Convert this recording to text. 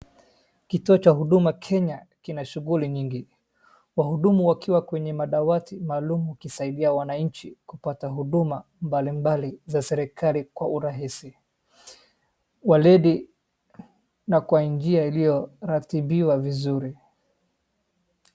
Kituo cha huduma Kenya kina shughuli nyingi. Wahudumu akiwa kwenye madawati maalum ya kusaidia wananchi kwa huduma mbalimbali za serikali kwa kurahisi, waridi na kwa njia iliyoratibiwa vizuri.